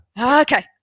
okay